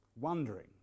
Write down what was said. wondering